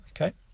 okay